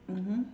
mmhmm